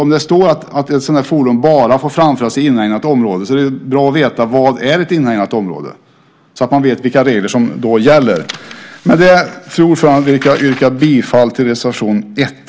Om det står att ett sådant fordon bara får framföras i inhägnat område är det bra att veta vad ett inhägnat område är så att man vet vilka regler som då gäller. Med det, fru talman, vill jag yrka bifall till reservation 1.